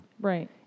Right